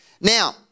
Now